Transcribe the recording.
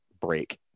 break